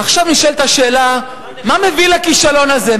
עכשיו, נשאלת השאלה, מה מביא לכישלון הזה?